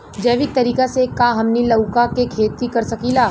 जैविक तरीका से का हमनी लउका के खेती कर सकीला?